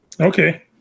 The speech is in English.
Okay